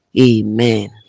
Amen